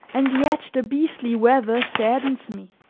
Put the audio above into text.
and yet the beastly weather saddens me.